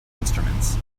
instruments